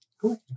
Cool